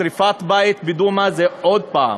שרפת בית בדומא עוד פעם.